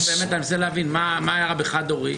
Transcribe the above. לא, באמת, אני רוצה להבין מה היה רע ב"חד-הורי".